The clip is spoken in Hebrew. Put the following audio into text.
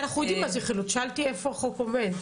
אנחנו יודעים מה זה חילוט, שאלתי איפה החוק עומד.